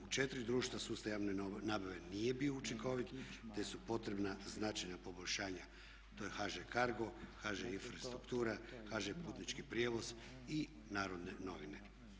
U 4 društva sustav javne nabave nije bio učinkovit te su potrebna značajna poboljšanja, to je HŽ CARGO, HŽ Infrastruktura, HŽ Putnički prijevoz i Narodne novine.